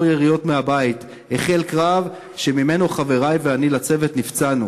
יריות מהבית והחל קרב שחברי ואני לצוות נפצענו